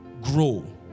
grow